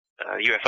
UFO